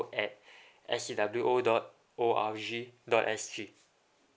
at S_C_W_O dot O_R_G dot S G